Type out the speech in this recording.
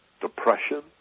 depression